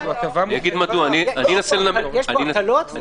יש פה הקלות ויש פה הגבלות.